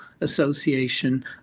association